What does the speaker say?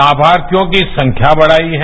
तामार्थियों की संख्या बढ़ायी है